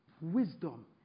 wisdom